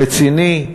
רציני,